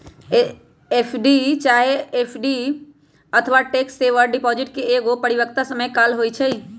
FD चाहे RD अथवा tax saver deposit के एगो परिपक्वता समय काल होइ छइ